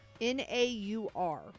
N-A-U-R